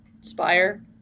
spire